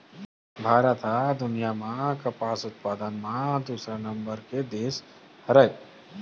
भारत ह दुनिया म कपसा उत्पादन म दूसरा नंबर के देस हरय